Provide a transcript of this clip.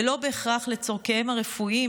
ולא בהכרח לצורכיהם הרפואיים,